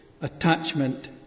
attachment